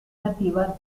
nativa